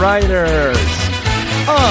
Riders